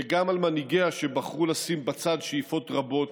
וגם על מנהיגיה שבחרו לשים בצד שאיפות רבות,